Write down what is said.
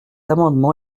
amendement